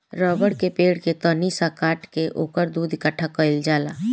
रबड़ के पेड़ के तनी सा काट के ओकर दूध इकट्ठा कइल जाला